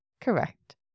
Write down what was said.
Correct